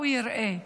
יראה.